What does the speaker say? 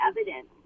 evidence